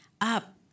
up